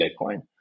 Bitcoin